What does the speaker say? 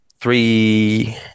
three